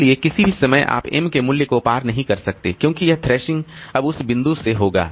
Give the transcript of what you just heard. इसलिए किसी भी समय आप m के मूल्य को पार नहीं कर सकते हैं क्योंकि यह थ्रैशिंग अब उस बिंदु से होगा